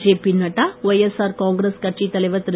JP Nadda YSR Congress கட்சி தலைவர் திரு